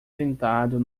sentado